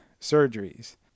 surgeries